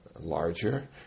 larger